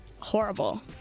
horrible